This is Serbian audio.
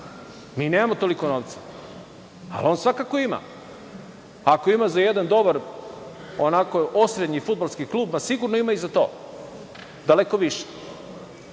Mi nemamo toliko novca, ali on svakako ima. Ako ima za jedan dobar, onako osrednji fudbalski klub, sigurno ima i za to, daleko više.